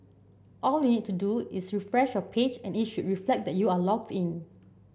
all you need to do is refresh your page and it should reflect that you are logged in